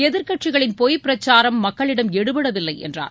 எதிர்க்கட்சிகளின் பொய் பிரச்சாரம் மக்களிடம் எடுபடவில்லை என்றார்